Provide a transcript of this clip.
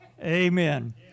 Amen